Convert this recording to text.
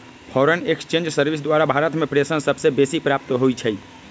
foreign exchange service द्वारा भारत में प्रेषण सबसे बेसी प्राप्त होई छै